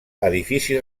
edifici